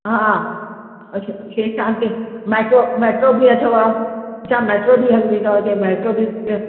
हा अच्छा तव्हांखे मेट्रो मेट्रो बि अथव हितां मेट्रो बि हलंदी अथव जे मेट्रो बि